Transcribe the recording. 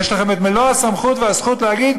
יש לכם מלוא הסמכות והזכות להגיד: